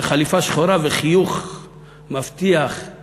לחליפה שחורה וחיוך מבטיח,